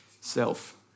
Self